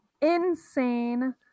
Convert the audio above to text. insane